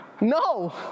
No